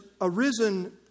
arisen